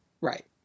Right